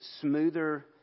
smoother